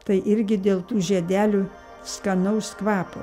tai irgi dėl tų žiedelių skanaus kvapo